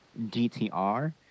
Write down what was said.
DTR